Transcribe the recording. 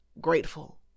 grateful